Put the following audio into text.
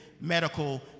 medical